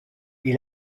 est